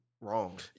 wrong